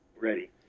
Ready